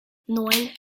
ноль